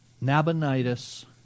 Nabonidus